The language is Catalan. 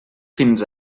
fins